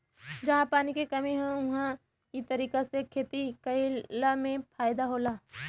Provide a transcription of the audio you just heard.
जहां पानी के कमी हौ उहां इ तरीका से खेती कइला में फायदा होला